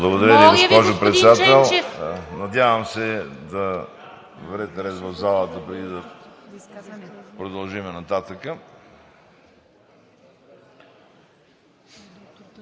Моля Ви, господин Ченчев!